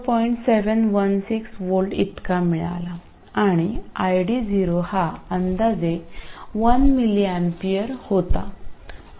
716 V इतका मिळाला आणि ID0 हा अंदाजे 1mA होता